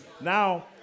Now